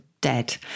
dead